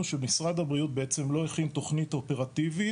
שמשרד הבריאות בעצם לא הכין תכנית אופרטיבית.